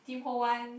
Tim-Ho-Wan